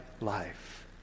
life